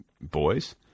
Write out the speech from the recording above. boys